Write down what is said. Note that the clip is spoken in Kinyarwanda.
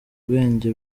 ubwenge